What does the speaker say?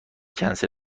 کنسل